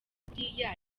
kuriya